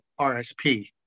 RSP